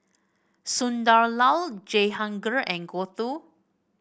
Sunderlal Jehangirr and Gouthu